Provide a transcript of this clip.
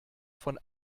von